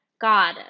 God